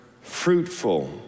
fruitful